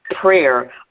prayer